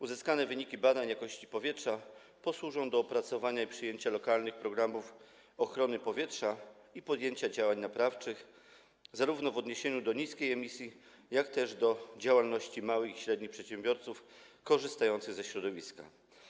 Uzyskane wyniki badań jakości powietrza posłużą do opracowania i przyjęcia lokalnych programów ochrony powietrza i podjęcia działań naprawczych, zarówno w odniesieniu do niskiej emisji, jak i w odniesieniu do działalności małych i średnich przedsiębiorców korzystających ze środowiska.